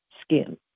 skin